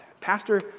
Pastor